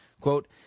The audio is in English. Quote